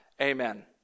Amen